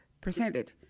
presented